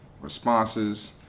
responses